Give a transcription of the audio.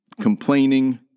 complaining